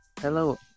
Hello